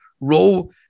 role